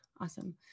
Awesome